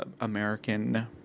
American